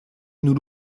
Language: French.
nous